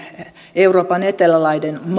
euroopan etelälaidan